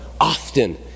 often